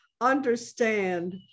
understand